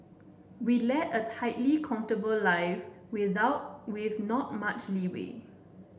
we lead a tightly comfortable life without with not much leeway